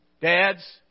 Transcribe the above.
dads